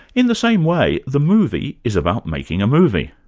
in the same way, the movie is about making a movie.